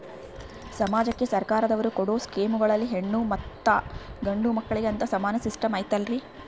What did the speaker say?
ಸಮಾಜಕ್ಕೆ ಸರ್ಕಾರದವರು ಕೊಡೊ ಸ್ಕೇಮುಗಳಲ್ಲಿ ಹೆಣ್ಣು ಮತ್ತಾ ಗಂಡು ಮಕ್ಕಳಿಗೆ ಅಂತಾ ಸಮಾನ ಸಿಸ್ಟಮ್ ಐತಲ್ರಿ?